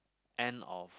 end of